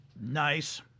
nice